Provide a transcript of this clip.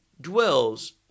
dwells